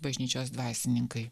bažnyčios dvasininkai